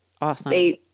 Awesome